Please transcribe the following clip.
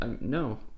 no